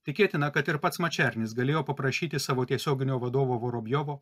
tikėtina kad ir pats mačernis galėjo paprašyti savo tiesioginio vadovo vorobjovo